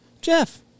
Jeff